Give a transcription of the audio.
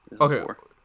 Okay